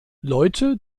leute